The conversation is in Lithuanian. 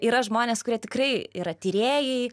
yra žmonės kurie tikrai yra tyrėjai